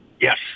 Yes